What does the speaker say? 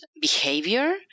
behavior